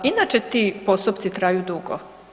Inače ti postupci traju dugo.